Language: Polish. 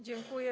Dziękuję.